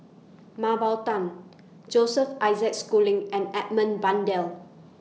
Mah Bow Tan Joseph Isaac Schooling and Edmund Blundell